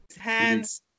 Hands